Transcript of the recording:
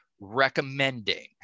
recommending